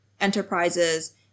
enterprises